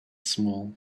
small